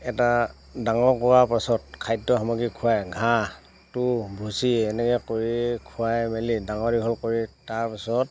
এটা ডাঙৰ কৰাৰ পাছত খাদ্য সামগ্ৰী খুৱায় ঘাঁহ তুঁহ ভুচি এনেকৈ কৰি খুৱাই মেলি ডাঙৰ দীঘল কৰি তাৰপাছত